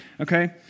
okay